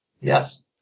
Yes